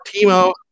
Timo